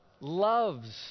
Loves